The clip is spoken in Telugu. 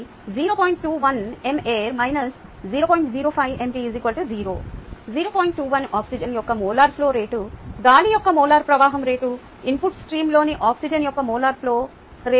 21 ఆక్సిజన్ యొక్క మోలార్ ఫ్లో రేటు గాలి యొక్క మోలార్ ప్రవాహం రేటు ఇన్పుట్ స్ట్రీమ్లోని ఆక్సిజన్ యొక్క మోలార్ ఫ్లో రేటు